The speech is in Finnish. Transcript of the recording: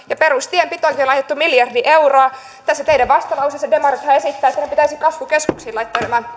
perustienpitoonkin on laitettu miljardi euroa tässä teidän vastalauseessanne demarithan esittävät että pitäisi kasvukeskuksiin laittaa